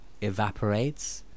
evaporates